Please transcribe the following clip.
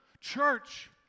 church